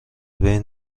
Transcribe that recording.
بین